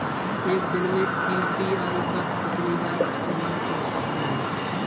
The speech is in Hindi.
एक दिन में यू.पी.आई का कितनी बार इस्तेमाल कर सकते हैं?